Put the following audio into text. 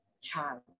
child